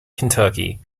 kentucky